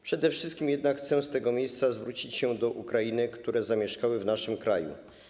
Przede wszystkim chcę z tego miejsca zwrócić się do Ukrainek, które zamieszkały w naszym kraju.